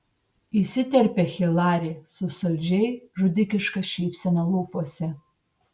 įsiterpia hilari su saldžiai žudikiška šypsena lūpose